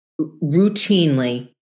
routinely